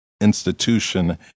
institution